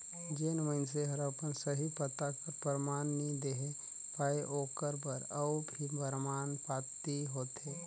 जेन मइनसे हर अपन सही पता कर परमान नी देहे पाए ओकर बर अउ भी परमान पाती होथे